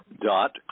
dot